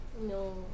No